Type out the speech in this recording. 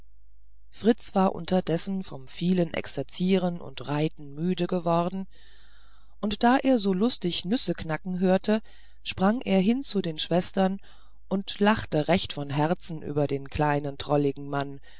fritz war unterdessen vom vielen exerzieren und reiten müde geworden und da er so lustig nüsse knacken hörte sprang er hin zu den schwestern und lachte recht von herzen über den kleinen drolligen mann